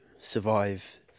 survive